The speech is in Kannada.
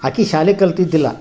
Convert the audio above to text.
ಆಕೆ ಶಾಲೆ ಕಲಿತಿದ್ದಿಲ್ಲ